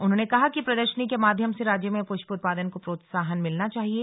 उन्होंने कहा कि प्रदर्शनी के माध्यम से राज्य में पुष्प उत्पादन को प्रोत्साहन मिलना चाहिये